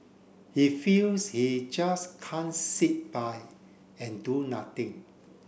he feels he just can't sit by and do nothing